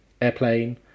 Airplane